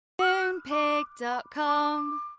Moonpig.com